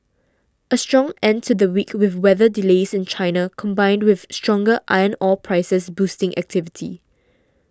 a strong end to the week with weather delays in China combined with stronger iron ore prices boosting activity